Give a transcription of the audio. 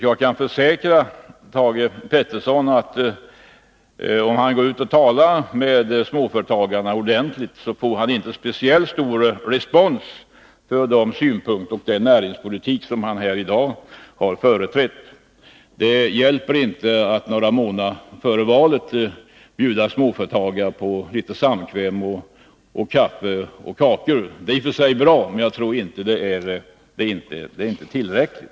Jag kan försäkra Thage Peterson, att om han går ut och talar med småföretagarna får han inte speciellt stor respons för de synpunkter han framfört och den näringspolitik han har företrätt här i dag. Det hjälper inte att några månader före valet bjuda småföretagarna på samkväm med kaffe och kakor. Det är i och för sig bra, men jag tror inte att det är tillräckligt.